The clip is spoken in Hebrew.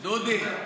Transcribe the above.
דודי,